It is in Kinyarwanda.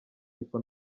ariko